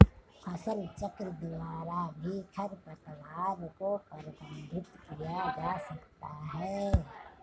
फसलचक्र द्वारा भी खरपतवार को प्रबंधित किया जा सकता है